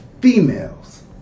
females